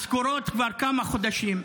משכורות כבר כמה חודשים.